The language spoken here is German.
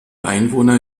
einwohner